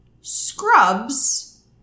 Scrubs